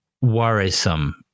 worrisome